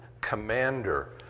Commander